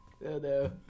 no